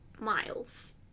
miles